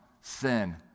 sin